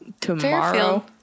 tomorrow